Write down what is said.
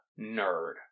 nerd